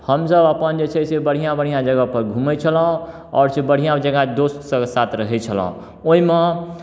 हमसभ अपन जे छै से बढ़िआँ बढ़िआँ जगहपर घूमै छलहुँ आओर जे बढ़िआँ जगह दोस्तसभ साथ रहैत छलहुँ ओहिमे